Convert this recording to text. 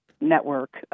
Network